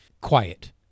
Quiet